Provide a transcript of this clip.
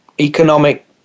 economic